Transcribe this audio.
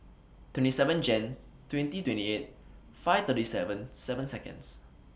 twenty seven Jan twenty twenty eight five thirty seven seven Seconds